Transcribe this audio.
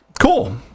Cool